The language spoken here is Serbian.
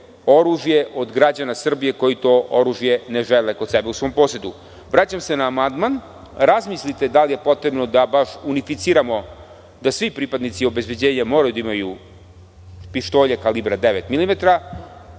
od građana Srbije koji to oružje ne žele kod sebe u svom posedu. Vraćam se na amandman. Razmislite da li je potrebno da baš unificiramo da baš svi pripadnici obezbeđenja moraju da imaju pištolje kalibra devet